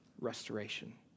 restoration